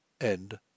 End